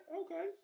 okay